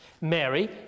Mary